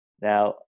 Now